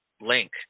link